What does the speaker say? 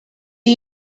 you